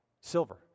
Silver